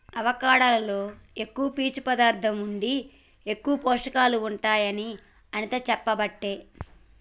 avocado లో ఎక్కువ పీచు పదార్ధం ఉండి ఎక్కువ పోషకాలు ఉంటాయి అని అనిత చెప్పబట్టే